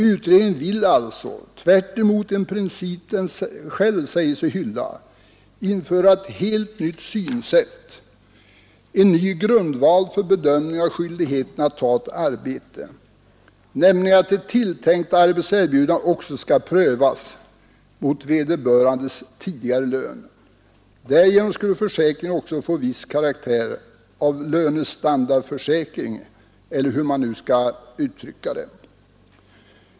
Utredningen vill alltså — tvärtemot en princip den själv säger sig hylla — införa ett helt nytt synsätt, en ny grundval för bedömning av skyldigheten att ta ett arbete, nämligen att ett tilltänkt arbetserbjudande också skall prövas mot vederbörandes tidigare lön. Därigenom skulle försäkringen också få viss karaktär av lönestandardförsäkring, eller hur man nu skall uttrycka det.